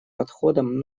подходам